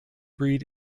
breed